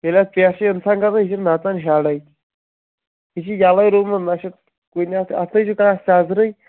ییٚلہِ حظ پٮ۪ٹھ چھِ انسان کھسان یہِ چھِ نژان ہیرٕے یہِ چھِ ییٚلٕے روزمٕژ نا چھِ کُنہِ اتھ اتھے چھُ کانہہ سیزرٕے